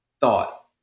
thought